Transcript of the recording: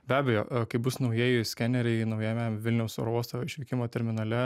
be abejo kai bus naujieji skeneriai naujame vilniaus oro uosto išvykimo terminale